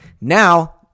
Now